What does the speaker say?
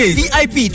vip